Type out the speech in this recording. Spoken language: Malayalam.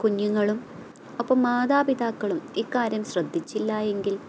കുഞ്ഞുങ്ങളും ഒപ്പം മാതാ പിതാക്കളും ഇക്കാര്യം ശ്രദ്ധിച്ചില്ല എങ്കിൽ